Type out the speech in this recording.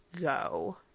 go